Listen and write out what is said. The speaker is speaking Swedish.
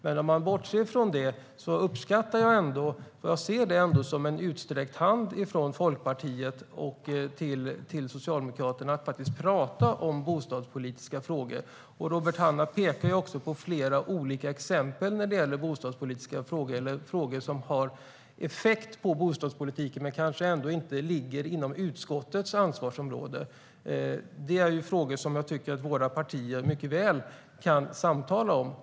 Men om man bortser från det uppskattar jag detta, och jag ser det som en utsträckt hand från Liberalerna till Socialdemokraterna när det gäller att faktiskt prata om bostadspolitiska frågor. Robert Hannah pekar på flera olika exempel när det gäller bostadspolitiska frågor eller frågor som har effekt på bostadspolitiken men som kanske inte ligger inom utskottets ansvarsområde. Det är frågor som jag tycker att våra partier mycket väl kan samtala om.